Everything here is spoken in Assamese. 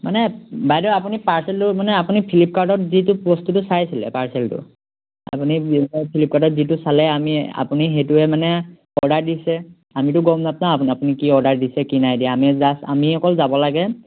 মানে বাইদেউ আপুনি পাৰ্চেলটো মানে আপুনি ফ্লিপকাৰ্টত যিটো বস্তুটো চাইছিলে পাৰ্চেলটো আপুনি ফ্লিপকাৰ্টত যিটো চালে আমি আপুনি সেইটোৱে মানে অৰ্ডাৰ দিছে আমিতো গম নাপাওঁ আপুনি কি অৰ্ডাৰ দিছে কি নাই দিয়া আমি জাষ্ট আমি অকল যাব লাগে